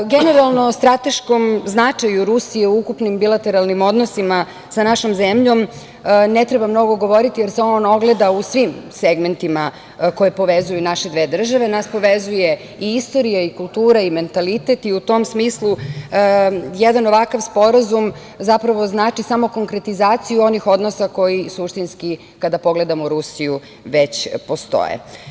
Generalno, strateškom značaju Rusije u ukupnim bilateralnim odnosima, sa našom zemljom ne treba mnogo govoriti jer se on ogleda u svim segmentima koje povezuju naše dve države, a nas povezuje i istorija i kultura i mentalitet i u tom smislu jedan ovakav sporazum, zapravo znači samo konkretizaciju onih odnosa koji suštinski kada pogledamo Rusiju, već postoje.